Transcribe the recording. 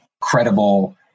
credible